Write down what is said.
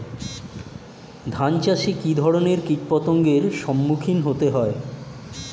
ধান চাষে কী ধরনের কীট পতঙ্গের সম্মুখীন হতে হয়?